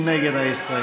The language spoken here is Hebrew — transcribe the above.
מי נגד ההסתייגות?